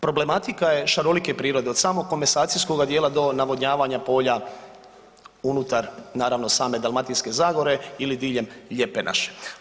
Problematika je šarolike prirode od samog komasacijskoga dijela do navodnjavanja polja unutar naravno same Dalmatinske zagore ili diljem Lijepe naše.